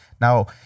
now